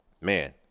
Man